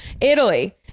Italy